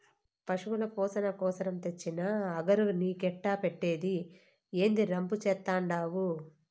పశుల పోసణ కోసరం తెచ్చిన అగరు నీకెట్టా పెట్టేది, ఏందీ రంపు చేత్తండావు